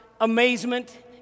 amazement